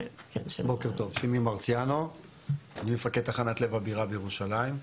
בוקר טוב, אני מפקד תחנת לב הבירה בירושלים.